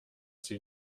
sie